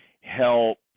help